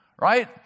right